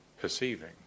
perceiving